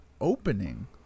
Opening